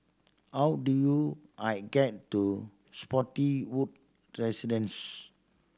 how do you I get to Spottiswoode Residence